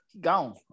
gone